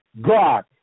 God